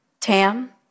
Tam